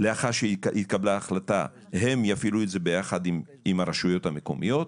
לאחר שהתקבלה ההחלטה הם יפעילו את זה יחד עם הרשויות המקומיות,